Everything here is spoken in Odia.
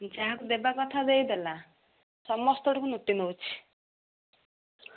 ଯାହାକୁ ଦେବା କଥା ଦେଇଦେଲା ସମସ୍ତଙ୍କଠୁ ଲୁଟି ନଉଛି